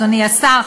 אדוני השר,